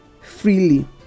freely